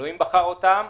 אלוהים בחר אותם,